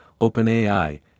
OpenAI